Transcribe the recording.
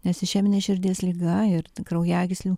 nes išeminė širdies liga ir kraujagyslių